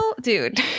dude